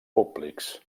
públics